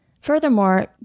Furthermore